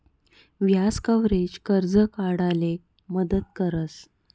व्याज कव्हरेज, कर्ज काढाले मदत करस